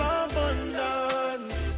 abundance